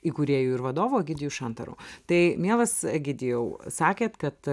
įkūrėju ir vadovu egidiju šantaru tai mielas egidijau sakėt kad